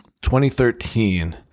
2013